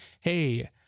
hey